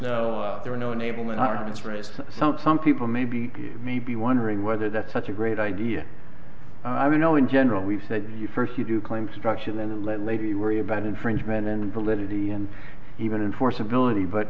sounds some people may be may be wondering whether that's such a great idea i know in general we've said you first you do claim structural and let lady worry about infringement and validity and even enforceability but